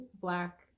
black